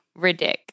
Ridic